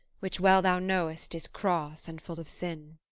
which, well thou know'st, is cross and full of sin.